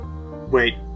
Wait